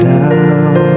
down